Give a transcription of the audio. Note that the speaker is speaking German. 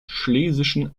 schlesischen